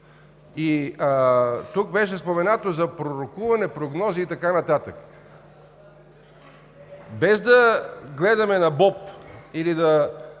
Тук беше споменато за пророкуване, прогнози и така нататък, без да гледаме на боб или